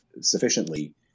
sufficiently